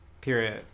period